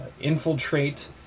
infiltrate